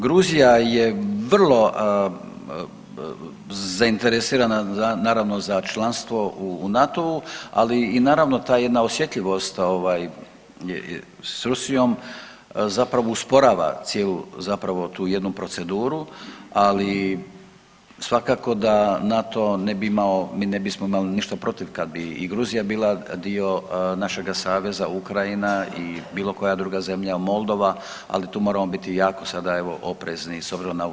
Gruzija je vrlo zainteresirana naravno za članstvo u NATO-u, ali i naravno ta jedna osjetljivost ovaj s Rusijom zapravo usporava cijelu zapravo tu jednu proceduru, ali svakako da NATO ne bi imao, mi ne bismo imali ništa protiv kad bi i Gruzija bila dio našega saveza, Ukrajina i bilo koja druga zemlja, Moldova, ali tu moramo biti jako sada evo oprezni s obzirom na ovu situaciju.